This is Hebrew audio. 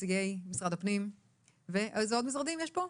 נציגי משרד הפנים ואיזה עוד משרדים יש פה?